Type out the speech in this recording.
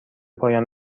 پایان